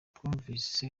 twumvise